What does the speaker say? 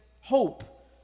Hope